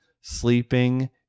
sleeping